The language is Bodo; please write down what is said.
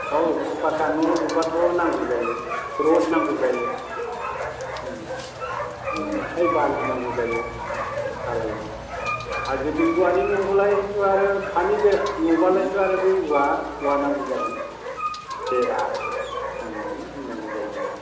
औ पाक्का न' लुब्लाथ' नांगौ जायो र'ड नांगौ जायो अन्थाइ बालि नांगौ जायो धालायाव आरो जुदि औवानि न'ब्लालायथ' आरो हानि बे न'ब्लालायथ' आरो बे औवा औवा नांगौ जागोन बेरा बिदि नांगौ जायो आरो